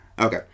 Okay